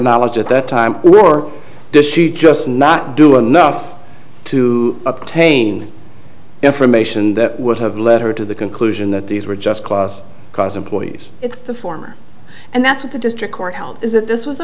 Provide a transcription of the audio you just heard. knowledge at that time were or does she just not do enough to obtain information that would have led her to the conclusion that these were just cause because employees it's the former and that's what the district court held is that this was a